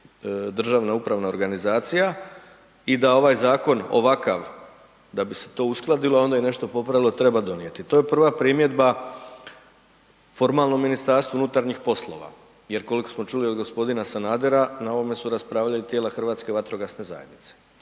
državna upravna organizacija i da ovaj zakon ovakav da bi se to uskladilo onda i nešto popravilo treba donijeti. To je prva primjedba formalno MUP-u jer koliko smo čuli od gospodina Sanadera na ovome su raspravljali i tijela Hrvatske vatrogasne zajednice.